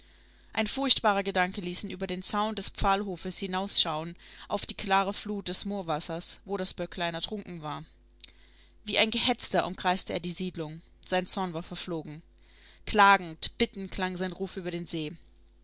ein furchtbarer gedanke ließ ihn über den zaun des pfahlhofes hinausschauen auf die klare flut des moorwassers wo das böcklein ertrunken war wie ein gehetzter umkreiste er die siedlung sein zorn war verflogen klagend bittend klang sein ruf über den see